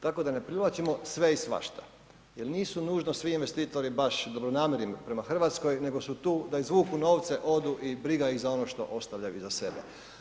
Tako da ne privlačimo sve i svašta jer nisu nužno svi investitori baš dobronamjerni prema Hrvatskoj nego su tu da izvuku novce, odu i briga ih za ono što ostavljaju iza sebe.